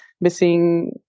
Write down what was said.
missing